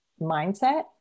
mindset